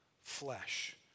flesh